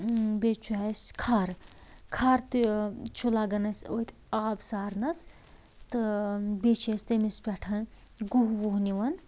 بیٚیہِ چھُ اسہِ کھر کھر تہِ چھُ لگان اسہِ أتھۍ آب سارنَس تہٕ بیٚیہِ چھِ أسۍ تٔمس پیٹھ گُہہ وُہ نوَان